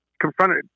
confronted